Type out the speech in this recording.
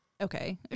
okay